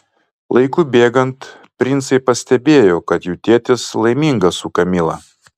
laikui bėgant princai pastebėjo kad jų tėtis laimingas su kamila